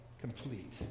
complete